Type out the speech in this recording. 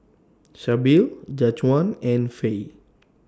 Sybil Jajuan and Fae